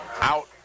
out